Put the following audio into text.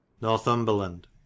northumberland